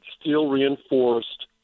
steel-reinforced